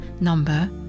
number